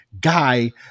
guy